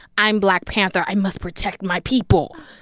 i'm black panther. i must protect my people